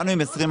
באנו עם 20%,